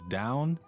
down